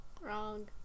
Wrong